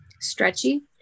stretchy